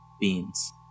beans